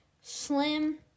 slim